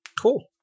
Cool